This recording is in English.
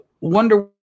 wonder